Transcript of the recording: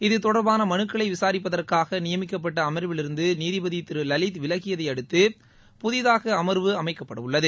இது தொடர்பான மனுக்களை விசாரிப்பதற்காக நியமிக்கப்பட்ட அமர்விலிருந்து நீதிபதி திரு லலித் விலகியதை அடுத்து புதிதாக அமர்வு அமைக்கப்படவுள்ளது